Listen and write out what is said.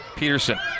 Peterson